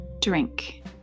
drink